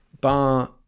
bar